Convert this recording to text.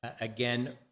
again